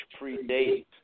predate